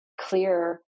clear